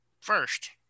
first